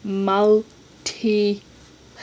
multi